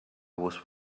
was